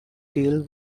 deal